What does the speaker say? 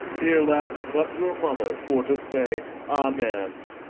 here lacks but your mother for to say amen.